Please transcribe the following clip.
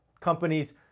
Companies